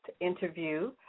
interview